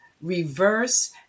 reverse